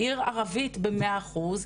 עיר ערבית במאה אחוז,